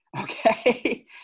okay